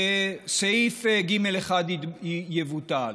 סעיף ג(1) יבוטל.